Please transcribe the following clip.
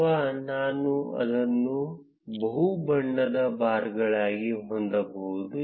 ಅಥವಾ ನಾನು ಅದನ್ನು ಬಹು ಬಣ್ಣದ ಬಾರ್ಗಳಾಗಿ ಹೊಂದಬಹುದು